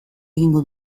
egingo